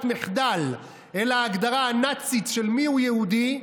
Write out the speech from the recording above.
מחדל אל ההגדרה הנאצית של "מיהו יהודי",